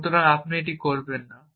সুতরাং আপনি এটি করবেন না